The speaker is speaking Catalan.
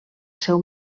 seu